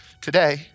today